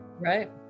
Right